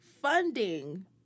Funding